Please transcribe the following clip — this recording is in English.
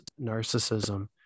narcissism